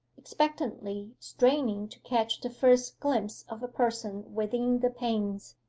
expectantly straining to catch the first glimpse of a person within the panes.